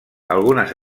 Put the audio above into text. algunes